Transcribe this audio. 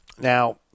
Now